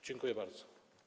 Dziękuję bardzo.